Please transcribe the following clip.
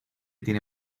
tiene